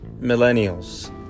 Millennials